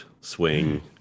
swing